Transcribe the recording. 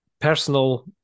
personal